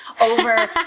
over